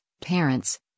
parents